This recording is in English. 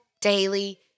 daily